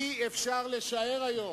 אי-אפשר לשער היום,